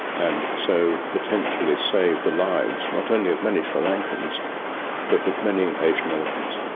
and so potentially save the lives not only of many sri lankans but of many asian elephants.